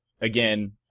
again